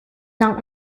not